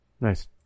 nice